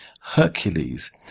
Hercules